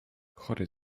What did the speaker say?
chory